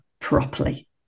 properly